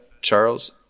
Charles